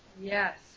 Yes